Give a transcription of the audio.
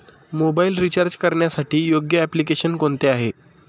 Mobile recharge करण्यासाठी योग्य application कोणते आहे?